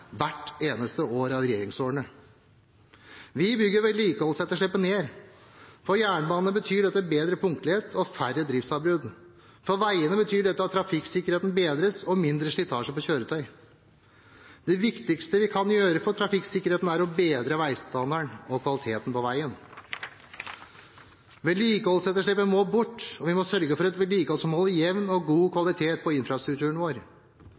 hvert eneste år av regjeringsårene. Vi reduserer vedlikeholdsetterslepet. For jernbanen betyr dette bedre punktlighet og færre driftsavbrudd. For veiene betyr dette at trafikksikkerheten bedres, og at det blir mindre slitasje på kjøretøy. Det viktigste vi kan gjøre for trafikksikkerheten, er å bedre veistandarden og kvaliteten på veien. Vedlikeholdsetterslepet må bort, og vi må sørge for et vedlikehold som holder jevn og god kvalitet på infrastrukturen vår.